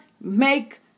make